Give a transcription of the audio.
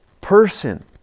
person